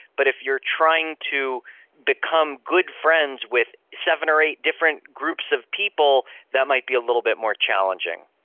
but if you are trying to become good friends with seven or eight different groups of people, that might be a little bit more challenging.